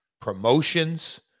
promotions